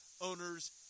owners